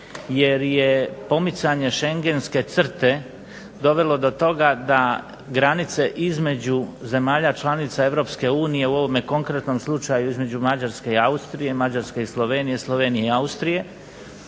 jer je pomicanje Šengenske crte dovelo do toga da granice između zemalja članica europske unije u ovome konkretnom slučaju između Mađarske i Austrije, Mađarske i Slovenije, Slovenije i Austrije,